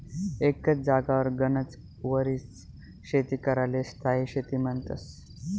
एकच जागावर गनच वरीस शेती कराले स्थायी शेती म्हन्तस